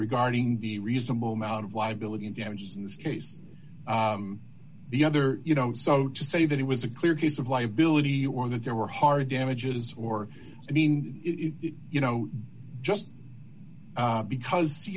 regarding the reasonable amount of liability and damages in this case the other you know so just even it was a clear case of liability or that there were hard damages or i mean you know just because you